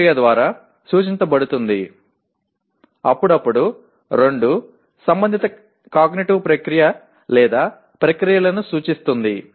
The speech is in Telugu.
చర్య క్రియ ద్వారా సూచించబడుతుంది అప్పుడప్పుడు రెండు సంబంధిత కాగ్నిటివ్ ప్రక్రియ లేదా ప్రక్రియలను సూచిస్తుంది